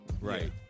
Right